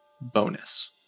bonus